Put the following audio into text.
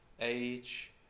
age